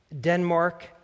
Denmark